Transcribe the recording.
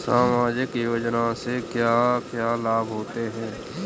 सामाजिक योजना से क्या क्या लाभ होते हैं?